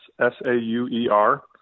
S-A-U-E-R